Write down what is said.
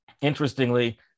interestingly